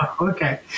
Okay